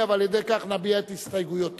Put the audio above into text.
ועל-ידי כך נביע את הסתייגויותינו,